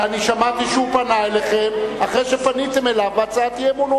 שמעתי שהוא פנה אלינו אחרי שפניתם אליו בהצעת אי-אמון.